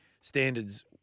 standards